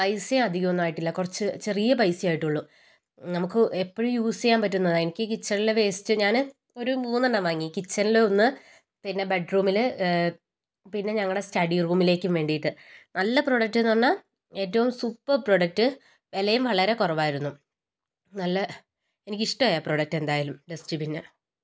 പൈസ അധികമൊന്നും ആയിട്ടില്ല കുറച്ച് ചെറിയ പൈസയേ ആയിട്ടുള്ളു നമുക്ക് എപ്പഴും യൂസ് ചെയ്യാൻ പറ്റുന്നതാണ് എനിക്ക് കിച്ചൺലെ വേസ്റ്റ് ഞാന് ഒരു മൂന്നെണ്ണം വാങ്ങി കിച്ചണില് ഒന്ന് പിന്നെ ബെഡ് റൂമില് പിന്നെ ഞങ്ങളുടെ സ്റ്റഡി റൂമിലേക്കും വേണ്ടിയിട്ട് നല്ല പ്രോഡക്റ്റ് എന്ന് പറഞ്ഞാൽ ഏറ്റവും സൂപ്പർ പ്രോഡക്റ്റ് വെലേം വളരെ കുറവായിരുന്നു നല്ല എനിക്ക് ഇഷ്ട്ടമായി ആ പ്രോഡക്റ്റ് എന്തായാലും ഡസ്റ്റ് ബിന്ന്